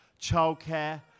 childcare